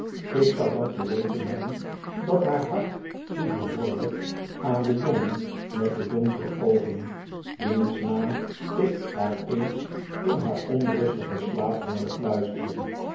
ik zou dan geweten hebben dat haar hart toebehoorde aan den jongen met de donkere oogen wiens naam ik haar eens in haar onrustigen slaap hoorde fluisteren